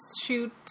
shoot